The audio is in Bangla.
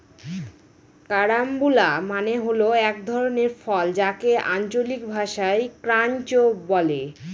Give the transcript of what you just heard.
কারাম্বুলা মানে হল এক ধরনের ফল যাকে আঞ্চলিক ভাষায় ক্রাঞ্চ বলে